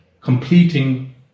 completing